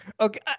okay